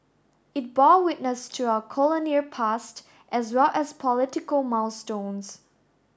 it bore witness to our colonial past as well as political milestones